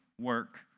work